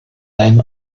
then